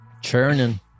churning